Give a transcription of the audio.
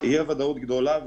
אי הוודאות גדולה,